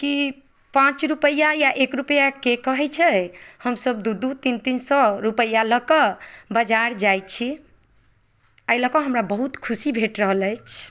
कि पाँच रुपैआ या एक रुपैआके कहै छै हम सभ दू दू तीन तीन सए रुपैआ लअ कऽ बजार जाइ छी एहि लअ कऽ हमरा बहुत खुशी भेट रहल अछि